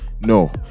No